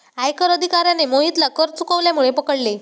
आयकर अधिकाऱ्याने मोहितला कर चुकवल्यामुळे पकडले